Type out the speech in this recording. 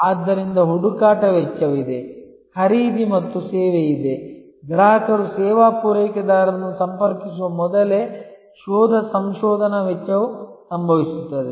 ಆದ್ದರಿಂದ ಹುಡುಕಾಟ ವೆಚ್ಚವಿದೆ ಖರೀದಿ ಮತ್ತು ಸೇವೆ ಇದೆ ಗ್ರಾಹಕರು ಸೇವಾ ಪೂರೈಕೆದಾರರನ್ನು ಸಂಪರ್ಕಿಸುವ ಮೊದಲೇ ಶೋಧ ಸಂಶೋಧನಾ ವೆಚ್ಚವು ಸಂಭವಿಸುತ್ತದೆ